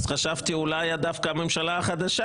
אז חשבתי שאולי דווקא הממשלה החדשה